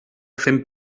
fent